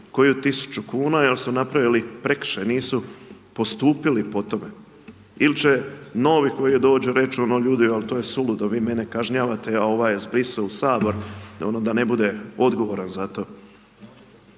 koju tisuću kuna, jer su napravili prekršaj, nisu postupili po tome. Ili će novi koji dođu reći će ono ljudi, al to je suludo, vi mene kažnjavate, a ovaj je zbrisao u Sabor, da ne bude odgovoran za to.